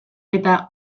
eta